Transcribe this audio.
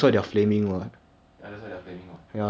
plus zi quan's name more pushed up and